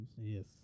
Yes